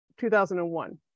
2001